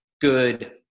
good